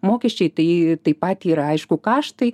mokesčiai tai taip pat yra aišku kaštai